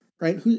right